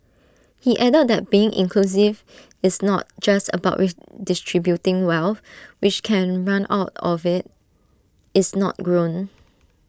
he added that being inclusive is not just about redistributing wealth which can run out if IT is not grown